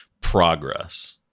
progress